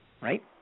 Right